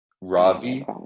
Ravi